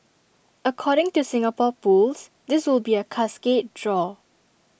according to Singapore pools this will be A cascade draw